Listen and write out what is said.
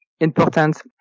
Important